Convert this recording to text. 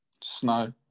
Snow